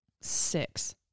six